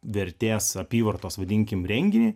vertės apyvartos vadinkim renginį